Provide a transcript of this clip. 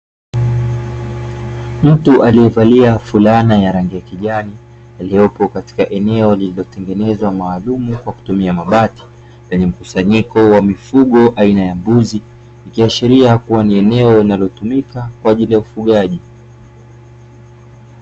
Mtu aliyevalia fulana ya rangi ya kijani iliyopo katika eneo lililotengenezwa maalumu kwa kutumia mabati, lenye mkusanyiko wa mifugo aina ya mbuzi, ikiashiria kuwa ni eneo linalotumika kwa ajili ya ufugaji.